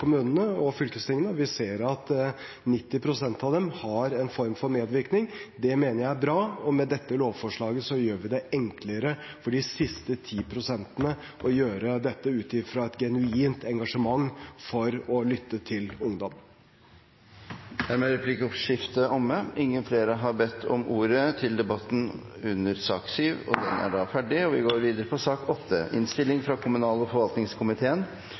kommunene og fylkestingene, og vi ser at 90 pst. av dem har en form for medvirkning. Det mener jeg er bra, og med dette lovforslaget gjør vi det enklere for de siste ti prosentene å gjøre dette, ut fra et genuint engasjement for å lytte til ungdom. Dermed er replikkordskiftet omme. Flere har ikke bedt om ordet til sak nr. 7. Etter ønske fra kommunal- og